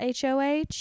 HOH